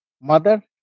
Mother